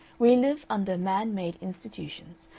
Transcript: we live under man-made institutions,